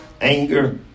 anger